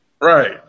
Right